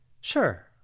Sure